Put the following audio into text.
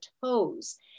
toes